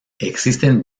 existen